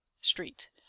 street